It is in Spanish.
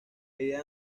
idea